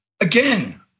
Again